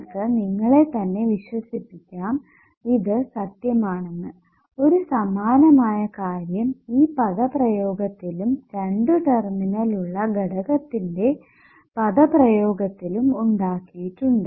നിങ്ങൾക്ക് നിങ്ങളെ തന്നെ വിശ്വസിപ്പിക്കാം ഇത് സത്യമാണെന്നു ഒരു സമാനമായ കാര്യം ഈ പദപ്രയോഗത്തിലും രണ്ടു ടെർമിനൽ ഉള്ള ഘടകത്തിന്റെ പദപ്രയോഗത്തിലും ഉണ്ടാക്കിയിട്ട്